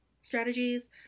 strategies